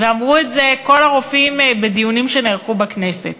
ואמרו את זה כל הרופאים בדיונים שנערכו בכנסת.